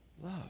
love